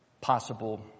possible